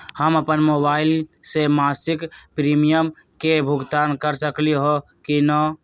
हम अपन मोबाइल से मासिक प्रीमियम के भुगतान कर सकली ह की न?